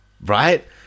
Right